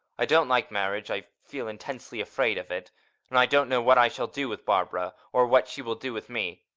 i don't like marriage i feel intensely afraid of it and i don't know what i shall do with barbara or what she will do with me.